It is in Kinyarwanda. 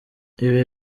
ibi